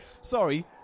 sorry